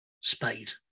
spade